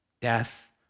death